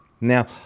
Now